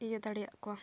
ᱤᱭᱟᱹ ᱫᱟᱲᱮᱭᱟᱫ ᱠᱚᱣᱟ